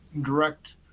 direct